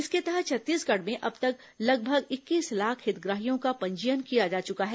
इसके तहत छत्तीसगढ़ में अब तक लगभग इक्कीस लाख हितग्राहियों का पंजीयन किया जा चुका है